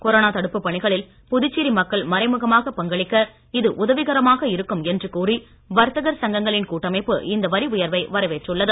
corona தடுப்பு பணிகளில் புதுச்சேரி மக்கள் மறைமுகமாக பங்களிக்க இது உதவிகரமாக இருக்கும் என்று கூறி வர்த்தகர் சங்கங்களின் கூட்டமைப்பு இந்த வரி உயர்வை வரவேற்றுள்ளது